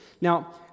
Now